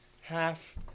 half